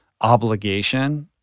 obligation